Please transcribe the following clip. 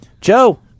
Joe